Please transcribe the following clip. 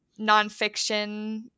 nonfiction